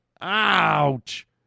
Ouch